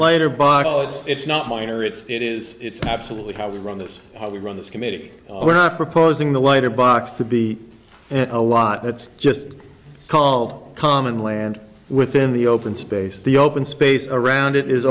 liter bottle it's it's not minor it's it is it's absolutely how we run this how we run this committee were not proposing the wider box to be a lot it's just called common land within the open space the open space around it is